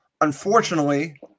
unfortunately